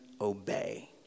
obey